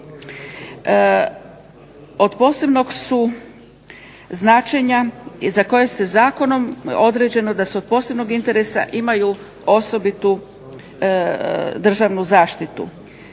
od posebnog su značenja i za koje je zakonom određeno da su od posebnog interesa imaju osobitu državnu zaštitu.